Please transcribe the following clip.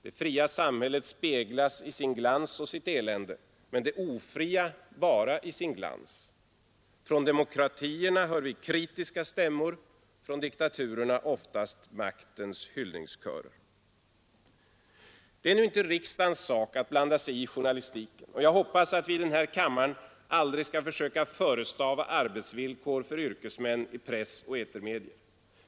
Det fria samhället speglas i sin glans och i sitt elände, men det ofria bara i sin glans; från demokratierna hör vi kritiska stämmor, från diktaturerna oftast maktens Det är nu inte riksdagens sak att blanda sig i journalistiken, och jag Onsdagen den hoppas att vi i denna kammare aldrig skall försöka förestava arbetsvillkor 21 mars 1973 för yrkesmännen i press och etermedia.